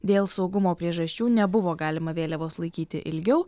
dėl saugumo priežasčių nebuvo galima vėliavos laikyti ilgiau